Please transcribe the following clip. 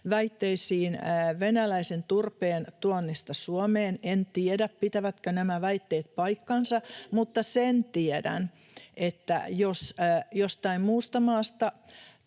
väitteisiin venäläisen turpeen tuonnista Suomeen, en tiedä, pitävätkö nämä väitteet paikkansa. Mutta sen tiedän, että jos jostain muusta maasta